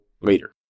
later